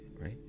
Right